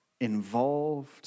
involved